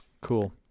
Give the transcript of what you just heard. cool